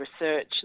research